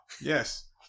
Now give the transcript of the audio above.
yes